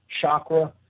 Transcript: chakra